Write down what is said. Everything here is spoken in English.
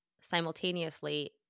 simultaneously